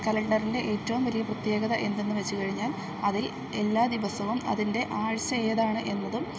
കലണ്ടറിൻ്റെ ഏറ്റവും വലിയ പ്രത്യേകത എന്തെന്ന് വെച്ച് കഴിഞ്ഞാൽ അതിൽ എല്ലാ ദിവസവും അതിൻ്റെ ആഴ്ച്ച ഏതാണ് എന്നതും